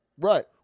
Right